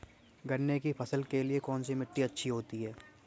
गन्ने की फसल के लिए कौनसी मिट्टी अच्छी होती है?